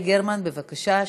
חברת הכנסת יעל גרמן, בבקשה.